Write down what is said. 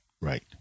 Right